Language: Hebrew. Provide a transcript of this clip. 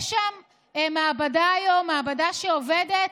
יש שם מעבדה היום, מעבדה שעובדת.